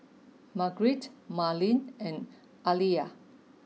Margrett Marlene and Aliyah